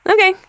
Okay